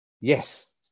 Yes